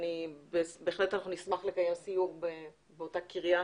בהחלט נשמח לקיים סיור באותה קריית